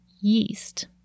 yeast